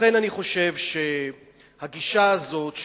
לכן אני חושב שהגישה הזאת,